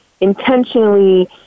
intentionally